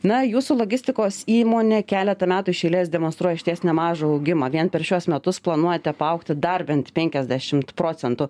na jūsų logistikos įmonė keletą metų iš eilės demonstruoja išties nemažą augimą vien per šiuos metus planuojate paaugti dar bent penkiasdešimt procentų